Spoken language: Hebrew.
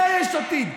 זה יש עתיד,